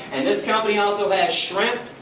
and this company also has shrimp,